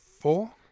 Four